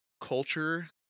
culture